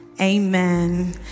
Amen